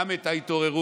גם את ההתעוררות,